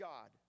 God